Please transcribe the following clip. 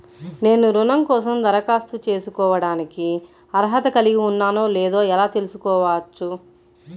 నేను రుణం కోసం దరఖాస్తు చేసుకోవడానికి అర్హత కలిగి ఉన్నానో లేదో ఎలా తెలుసుకోవచ్చు?